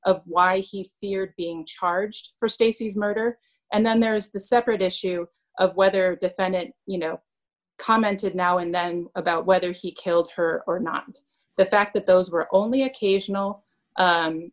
of why he feared being charged for stacey's murder and then there's the separate issue of whether defendant you know commented now and then about whether he killed her or not the fact that those were only occasional